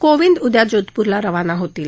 कोविंद उद्या जोधपूरला रवाना होतील